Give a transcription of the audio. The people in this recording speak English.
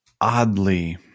oddly